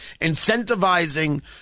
Incentivizing